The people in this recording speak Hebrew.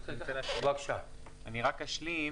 אני רק אשלים.